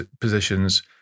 positions